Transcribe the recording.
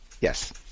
Yes